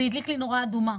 אז זה הדליק לי נורה אדומה.